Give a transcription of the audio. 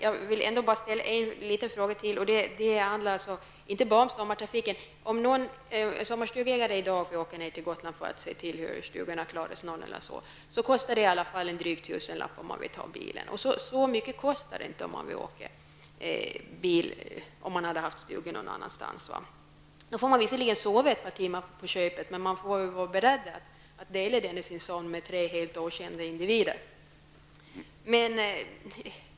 Jag vill ändå gärna ställa en liten fråga till, som inte bara handlar om sommartrafiken. Om en sommarstugeägare i dag reser till Gotland för att se hur sommarstugan har klarat sig, kostar det en dryg tusenlapp om han väljer att ta bilen med sig. Så mycket hade det inte kostat om han hade haft stugan någon annanstans. Han får visserligen sova ett par timmar på köpet, men han får vara beredd att dela hytt med tre helt okända individer på båten.